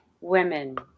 women